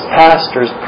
pastors